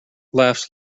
laughs